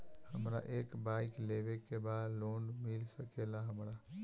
हमरा एक बाइक लेवे के बा लोन मिल सकेला हमरा?